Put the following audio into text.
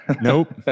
Nope